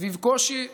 סביב קושי ואסונות.